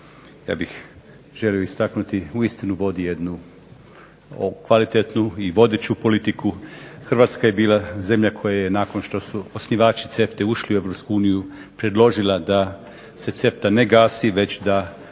Hrvatska je bila zemlja koja je nakon što su osnivači CEFTA-e ušli u Europsku uniju predložila da se CEFTA ne gasi već da